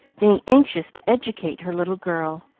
being anxious to educate her little girl.